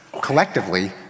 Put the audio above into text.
collectively